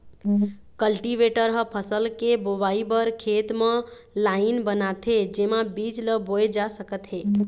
cultivator ह फसल के बोवई बर खेत म लाईन बनाथे जेमा बीज ल बोए जा सकत हे